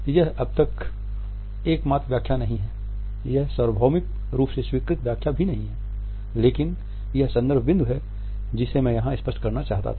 यह अब तक एकमात्र व्याख्या नहीं है यह सार्वभौमिक रूप से स्वीकृत व्याख्या भी नहीं है लेकिन यह संदर्भ बिंदु है जिसे मैं यहाँ पर स्पष्ट करना चाहता था